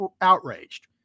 outraged